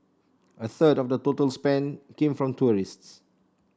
a third of the total spend came from tourists